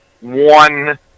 one